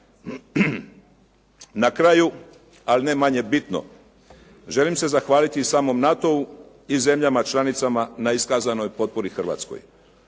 Na kraju, ali ne manje bitno, želim se zahvaliti i samom NATO-u i zemljama članicama na iskazanoj potpori Hrvatskoj.